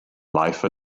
life